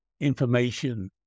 information